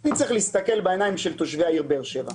אני צריך להסתכל בעיניים של תושבי העיר באר שבע.